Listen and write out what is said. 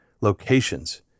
locations